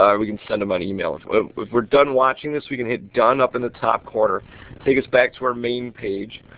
we can send them on email. if we are done watching this we can hit done up in top corner and take us back to our main page.